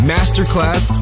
Masterclass